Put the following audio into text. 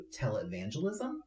televangelism